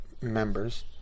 members